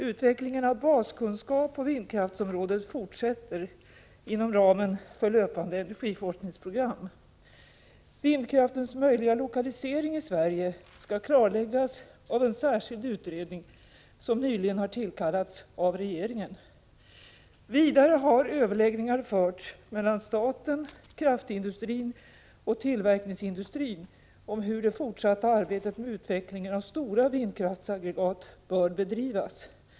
Utvecklingen av baskunskap på vindkraftsområdet fortsätter inom ramen för löpande energiforskningsprogram. Vindkraftens möjliga lokalisering i Sverige skall klarläggas av en särskild utredning som nyligen har tillkallats av regeringen. Vidare har överläggningar förts mellan staten, kraftindustrin och tillverkningsindustrin om hur det fortsatta arbetet med utvecklingen av stora vindkraftsaggregat bör bedrivas.